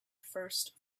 first